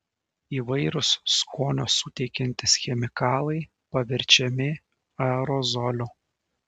įvairūs skonio suteikiantys chemikalai paverčiami aerozoliu